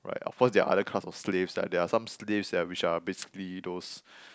right of course there are other class of slaves there are some slaves that are which are basically those